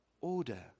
order